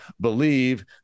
believe